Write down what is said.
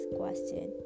question